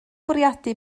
bwriadu